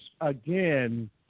Again